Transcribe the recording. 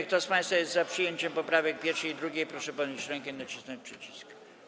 Kto z państwa jest za przyjęciem poprawek 1. i 2., proszę podnieść rękę i nacisnąć przycisk.